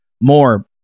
more